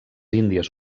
índies